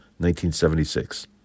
1976